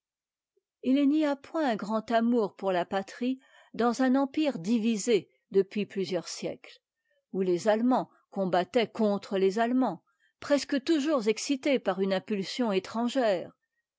il n'y a point un grand amour pour la patriedans un empire divisé depuis plusieurs siècles où les allemands combattaient contre les allemands presque toujours excités par une impulsion étrangère